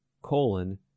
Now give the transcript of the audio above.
colon